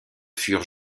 furent